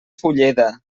fulleda